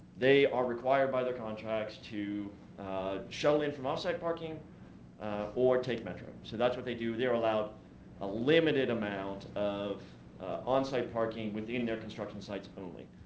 they are required by their contracts to shuttle in from offsite parking or take metro. so, that's what they do. they're allowed a limited amount of onsite parking within their construction sites only.